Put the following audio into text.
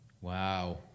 Wow